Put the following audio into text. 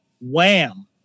Wham